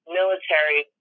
military